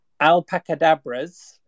alpacadabras